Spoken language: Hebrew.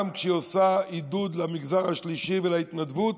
גם כשהיא עושה עידוד למגזר השלישי ולהתנדבות,